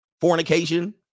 fornication